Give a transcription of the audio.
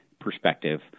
perspective